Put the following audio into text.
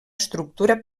estructura